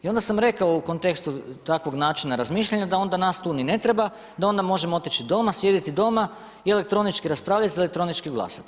I onda sam rekao u kontekstu takvog načina razmišljanja da onda nas tu ni ne treba, da onda možemo otići doma, sjediti doma i elektronički raspravljati i elektronički glasati.